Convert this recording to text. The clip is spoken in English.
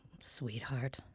sweetheart